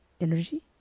energy